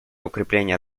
укрепления